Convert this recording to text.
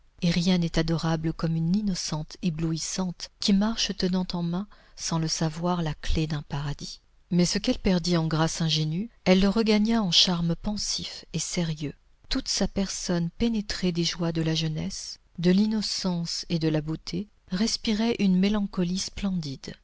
et rien n'est adorable comme une innocente éblouissante qui marche tenant en main sans le savoir la clef d'un paradis mais ce qu'elle perdit en grâce ingénue elle le regagna en charme pensif et sérieux toute sa personne pénétrée des joies de la jeunesse de l'innocence et de la beauté respirait une mélancolie splendide